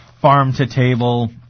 farm-to-table